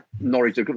Norwich